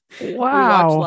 wow